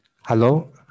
hello